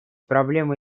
проблемы